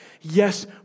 Yes